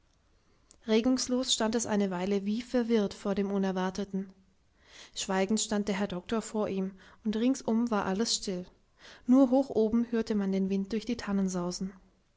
regungslos stand es eine weile wie verwirrt von dem unerwarteten schweigend stand der herr doktor vor ihm und ringsum war alles still nur hoch oben hörte man den wind durch die